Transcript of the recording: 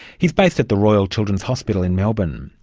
he's based at the royal children's hospital in melbourne.